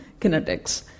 kinetics